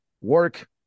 work